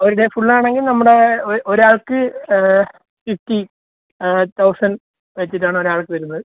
ഒരു day full ആണെങ്കിൽ നമ്മുടെ ഒരു ഒരാൾക്ക് ഫിഫ്റ്റി തൗസൻഡ് വെച്ചിട്ടാണ് ഒരാൾക്ക് വരുന്നത്